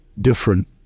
different